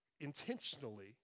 intentionally